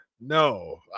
No